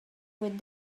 with